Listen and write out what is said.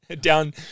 down